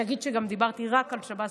תגיד שגם דיברתי רק על שב"ס.